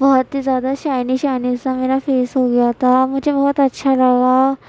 بہت ہی زیادہ شائنی شائنی سا میرا فیس ہو گیا تھا مجھے بہت اچھا لگا